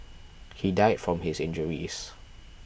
he died from his injuries